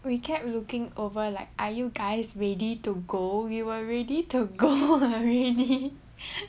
we kept looking over like are you guys ready to go we were ready to go already